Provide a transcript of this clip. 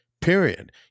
period